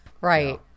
right